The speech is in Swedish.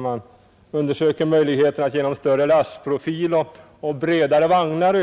Man undersöker möjligheten att öka kapaciteten genom större lastprofil, bredare vagnar